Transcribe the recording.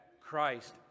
Christ